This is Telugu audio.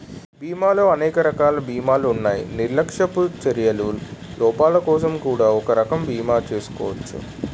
బీమాలో అనేక రకాల బీమాలున్నాయి నిర్లక్ష్యపు చర్యల లోపాలకోసం కూడా ఒక రకం బీమా చేసుకోచ్చు